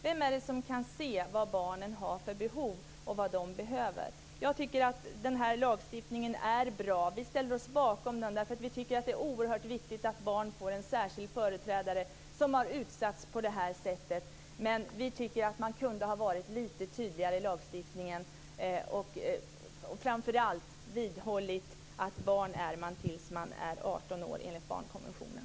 Vem är det som kan se vad barnen behöver? Jag tycker att den här lagstiftningen är bra. Vi ställer oss bakom den, därför att vi tycker att det är oerhört viktigt att barn som utsatts för övergrepp får en särskild företrädare. Men vi tycker att man kunde ha varit lite tydidgare i lagstiftningen och att man framför allt kunde vidhållit att barn är man tills man är 18 år, enligt barnkonventionen.